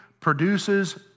produces